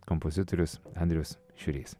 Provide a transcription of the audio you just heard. kompozitorius andrius šiurys